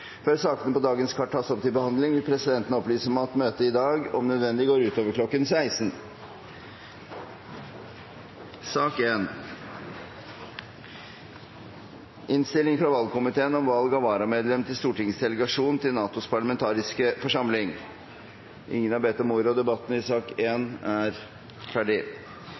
Før sakene på dagens kart tas opp til behandling, vil presidenten opplyse om at møtet i dag om nødvendig går utover kl. 16. Ingen har bedt om ordet. Ingen har bedt om ordet. Ingen har bedt om ordet. Ingen har bedt om ordet. Etter ønske fra arbeids- og sosialkomiteen vil presidenten foreslå at debatten